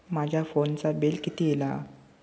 माझ्या फोनचा बिल किती इला?